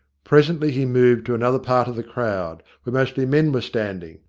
presently he moved to another part of the crowd, where mostly men were standing,